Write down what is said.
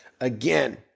Again